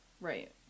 Right